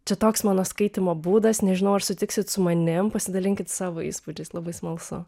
čia toks mano skaitymo būdas nežinau ar sutiksit su manim pasidalinkit savo įspūdžiais labai smalsu